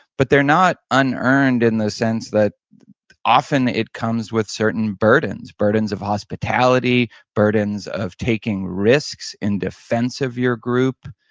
but they're not unearned in the sense that often it comes with certain burdens. burdens of hospitality, burdens of taking risks in defense of your group,